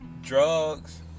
drugs